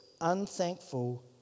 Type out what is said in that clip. unthankful